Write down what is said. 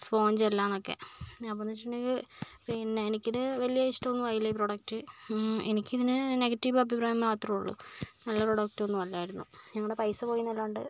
sponge അല്ലയെന്നൊക്കെ അപ്പോൾ എന്ന് വെച്ചിട്ടുണ്ടെങ്കിൽ പിന്നെ എനിക്കിത് വലിയ ഇഷ്ടം ഒന്നുമായില്ല ഈ പ്രൊഡക്റ്റ് എനിക്ക് ഇതിന് നെഗറ്റീവ് അഭിപ്രായം മാത്രമേ ഉള്ളൂ നല്ല പ്രൊഡക്റ്റ് ഒന്നും അല്ലായിരുന്നു നമ്മളുടെ പൈസ പോയി എന്നല്ലാണ്ട്